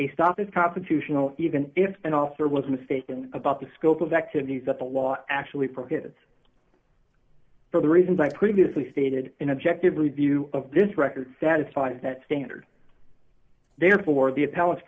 a stop is constitutional even if an author was mistaken about the scope of activities that the law actually prohibits for the reasons i previously stated in objective review of this record satisfies that standard therefore the